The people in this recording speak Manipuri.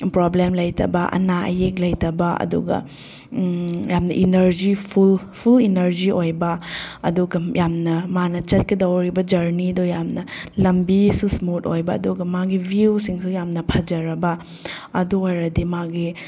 ꯄ꯭ꯔꯣꯕ꯭ꯂꯦꯝ ꯂꯩꯇꯕ ꯑꯅꯥ ꯑꯌꯦꯛ ꯂꯩꯇꯕ ꯑꯗꯨꯒ ꯌꯥꯝꯅ ꯏꯅꯔꯖꯤ ꯐꯨꯜ ꯐꯨꯜ ꯏꯅꯔꯖꯤ ꯑꯣꯏꯕ ꯑꯗꯨꯒ ꯌꯥꯝꯅ ꯃꯥꯅ ꯆꯠꯀꯗꯧꯔꯤꯕ ꯖꯔꯅꯤꯗꯣ ꯌꯥꯝꯅ ꯂꯝꯕꯤꯁꯨ ꯏꯁꯃꯨꯠ ꯑꯣꯏꯕ ꯑꯗꯨꯒ ꯃꯥꯒꯤ ꯕ꯭ꯌꯨꯁꯤꯡꯁꯨ ꯌꯥꯝꯅ ꯐꯖꯔꯕ ꯑꯗꯨ ꯑꯣꯏꯔꯗꯤ ꯃꯥꯒꯤ